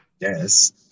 yes